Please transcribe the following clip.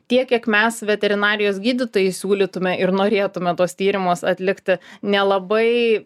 tiek kiek mes veterinarijos gydytojai siūlytume ir norėtume tuos tyrimus atlikti nelabai